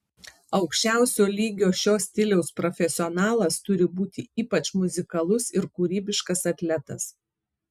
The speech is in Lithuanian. aukščiausio lygio šio stiliaus profesionalas turi būti ypač muzikalus ir kūrybiškas atletas